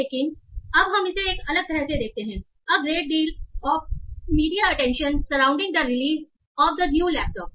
लेकिन अब हम इसे एक अलग तरह से देखते हैं a great deal of media attention surrounding the release of the new laptop